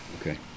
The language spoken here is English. Okay